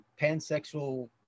pansexual